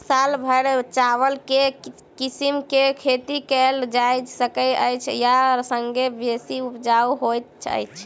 साल भैर चावल केँ के किसिम केँ खेती कैल जाय सकैत अछि आ संगे बेसी उपजाउ होइत अछि?